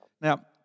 Now